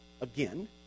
again